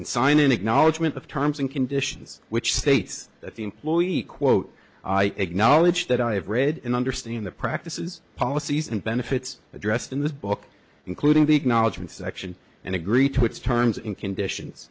and sign an acknowledgment of terms and conditions which states that the employee quote i acknowledge that i have read and understand the practices policies and benefits addressed in the book including the acknowledgment section and agree to its terms and conditions